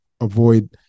avoid